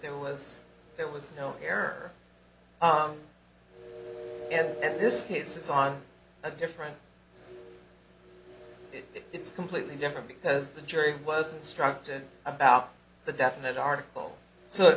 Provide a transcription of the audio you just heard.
there was there was no error and this case is on a different it's completely different because the jury was instructed about the definite article so